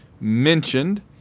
mentioned